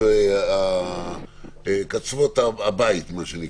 קצוות הבית.